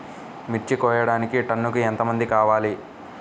మిర్చి కోయడానికి టన్నుకి ఎంత మంది కావాలి?